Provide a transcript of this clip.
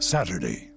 Saturday